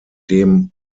dem